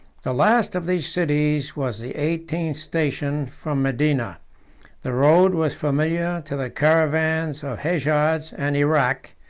the last of these cities was the eighteenth station from medina the road was familiar to the caravans of hejaz and irak,